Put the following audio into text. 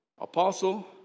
Apostle